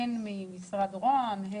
הן ממשרד ראש הממשלה,